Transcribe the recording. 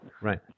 Right